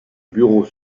bureaux